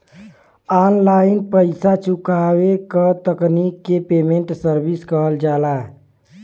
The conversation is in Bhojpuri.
ऑनलाइन पइसा चुकावे क तकनीक के पेमेन्ट सर्विस कहल जाला